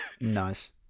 Nice